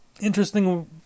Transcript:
Interesting